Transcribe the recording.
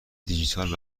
دیجیتال